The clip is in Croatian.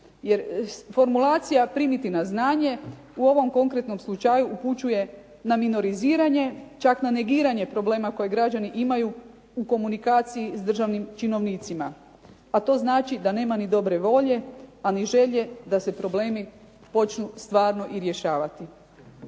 Jer formulacija primiti na znanje u ovom konkretnom slučaju upućuje na minoriziranje, čak na negiranje problema koje građani imaju u komunikaciji sa državnim činovnicima. A to znači da nema ni dobre volje, a ni želje da se problemi počnu stvarno i rješavati.